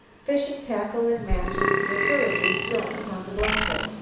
fishing tackle and matches were hurriedly thrown upon the blanket.